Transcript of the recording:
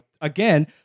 again